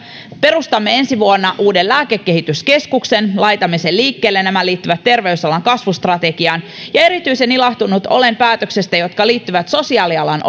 perustamme ensi vuonna uuden lääkekehityskeskuksen laitamme sen liikkeelle nämä liittyvät terveysalan kasvustrategiaan erityisen ilahtunut olen päätöksestä joka liittyy sosiaalialan